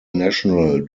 national